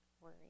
worry